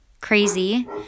crazy